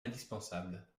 indispensable